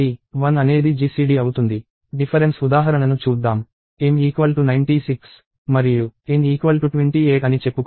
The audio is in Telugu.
డిఫరెన్స్ ఉదాహరణను చూద్దాం m 96 మరియు n 28 అని చెప్పుకుందాం